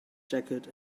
jacket